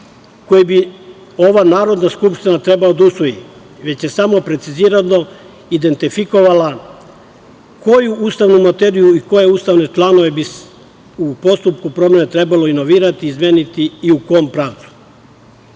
koji bi ova Narodna skupština trebala da usvoji, već je samo precizirano identifikovala koju ustavnu materiju i koje ustavne članove bi u postupku promene trebalo inovirati, izmeniti i u kom pravcu. Iz